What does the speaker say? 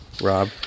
Rob